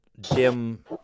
Dim